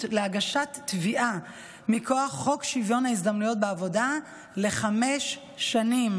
להגשת תביעה מכוח חוק שוויון ההזדמנויות בעבודה לחמש שנים.